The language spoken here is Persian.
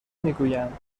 میگویند